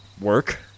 work